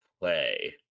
play